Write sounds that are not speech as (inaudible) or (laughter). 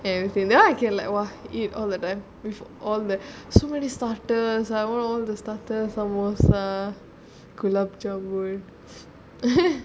and everything then I can like !wah! eat all the time with all the so many starters I want all the starter (laughs)